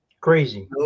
Crazy